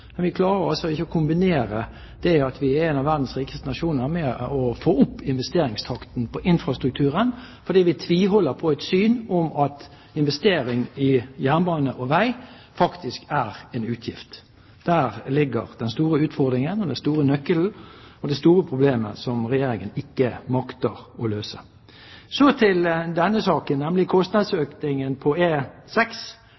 Men vi klarer altså ikke å kombinere det at vi er en av verdens rikeste nasjoner med å få opp investeringstakten på infrastrukturen fordi vi tviholder på et syn om at investering i jernbane og vei faktisk er en utgift. Der ligger den store utfordringen, den store nøkkelen og det store problemet som Regjeringen ikke makter å løse. Så til denne saken, nemlig